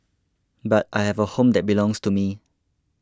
but I have a home that belongs to me